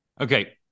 Okay